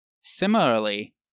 Similarly